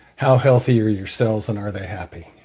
how healthy are your cells and are they happy?